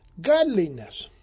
Godliness